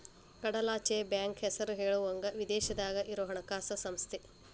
ಕಡಲಾಚೆಯ ಬ್ಯಾಂಕ್ ಹೆಸರ ಹೇಳುವಂಗ ವಿದೇಶದಾಗ ಇರೊ ಹಣಕಾಸ ಸಂಸ್ಥೆ